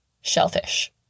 shellfish